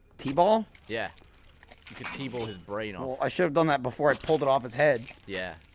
tee-ball? yeah you could tee-ball his brain off well, i should've done that before i pulled it off his head yeah